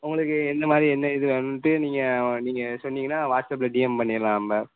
உங்களுக்கு எந்த மாதிரி என்ன இது வேணுன்ட்டு நீங்கள் நீங்கள் சொன்னீங்கன்னால் நான் வாட்ஸப்ல டிஎம் பண்ணிடலாம் நம்ம